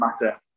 matter